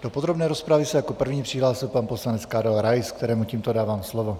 Do podrobné rozpravy se jako první přihlásil pan poslanec Karel Rais, kterému tímto dávám slovo.